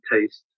taste